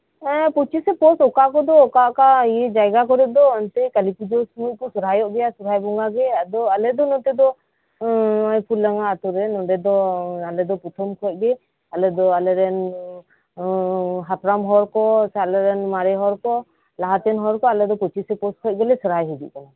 ᱦᱮᱸ ᱯᱩᱪᱤᱥᱮ ᱯᱳᱥ ᱚᱠᱟᱠᱚᱫᱚ ᱚᱠᱟ ᱚᱠᱟ ᱡᱟᱭᱜᱟ ᱠᱚᱨᱮᱫᱚ ᱚᱱᱛᱮ ᱠᱟᱹᱞᱤ ᱯᱩᱡᱟᱹ ᱥᱩᱢᱟᱹᱭᱠᱩ ᱥᱚᱦᱨᱟᱭᱚᱜ ᱟ ᱜᱮᱭᱟ ᱥᱚᱦᱚᱨᱟᱭ ᱵᱚᱸᱜᱟᱜᱮ ᱟᱫᱚ ᱟᱞᱮᱫᱚ ᱱᱚᱛᱮᱫᱚ ᱱᱚᱜᱚᱭ ᱯᱷᱩᱞᱰᱟᱸᱜᱟ ᱟᱛᱩᱨᱮ ᱱᱚᱰᱮ ᱫᱚ ᱟᱞᱮᱫᱚ ᱯᱨᱚᱛᱷᱚᱢ ᱠᱷᱚᱡᱜᱤ ᱟᱞᱮᱫᱚ ᱟᱞᱮᱨᱮᱱᱦᱟᱯᱲᱟᱢ ᱦᱚᱲᱠᱩ ᱥᱮ ᱟᱞᱮᱨᱮᱱ ᱢᱟᱨᱮ ᱦᱚᱲᱠᱩ ᱞᱟᱦᱟᱛᱮᱱ ᱦᱚᱲᱠᱩ ᱟᱞᱮᱫᱚ ᱯᱩᱪᱤᱥᱮ ᱯᱳᱥᱠᱷᱚᱱ ᱜᱮᱞᱮ ᱥᱚᱦᱚᱨᱟᱭ ᱦᱤᱡᱩᱜ ᱠᱟᱱᱟ